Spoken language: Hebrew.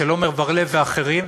של עמר בר-לב ואחרים,